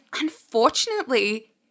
unfortunately